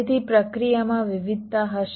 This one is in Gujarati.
તેથી પ્રક્રિયામાં વિવિધતા હશે